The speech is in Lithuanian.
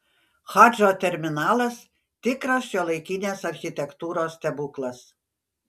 hadžo terminalas tikras šiuolaikinės architektūros stebuklas